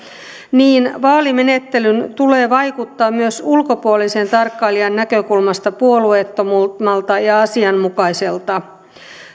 ja vaalimenettelyn tulee vaikuttaa myös ulkopuolisen tarkkailijan näkökulmasta puolueettomalta ja asianmukaiselta